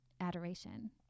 adoration